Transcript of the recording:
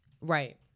Right